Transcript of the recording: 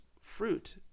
fruit